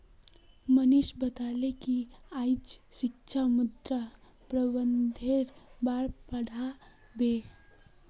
मनीष बताले कि आइज शिक्षक मृदा प्रबंधनेर बार पढ़ा बे